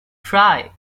try